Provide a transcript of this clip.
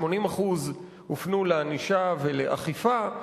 80% הופנו לענישה ולאכיפה,